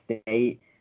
State